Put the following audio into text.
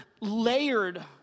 layered